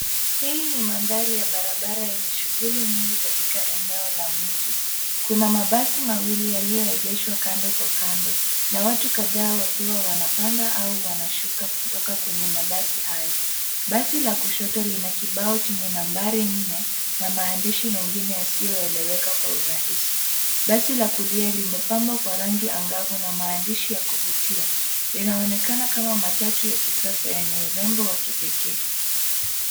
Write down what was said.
Hii ni mandhari ya barabara yenye shughuli nyingi katika eneo la mji. Kuna mabasi mawili yaliyoegeshwa kando kwa kando na watu kadhaa wakiwa wanapanda au wanashuka kutoka kwenye mabasi hayo. Basi la kushoto lina kibao chenye nambari nne na maandishi mengine yasiyoeleweka kwa urahisi. Basi la kulia limepambwa kwa rangi angavu na maandishi ya kuvutia linaonekana kama matatu ya kisasa yenye urembo wa kipekee.